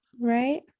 Right